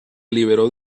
liberó